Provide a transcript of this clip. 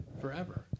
forever